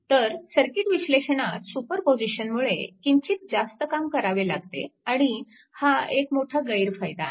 तर सर्किट विश्लेषणात सुपरपोजिशनमुळे किंचित जास्त काम करावे लागते आणि हा एक मोठा गैरफायदा आहे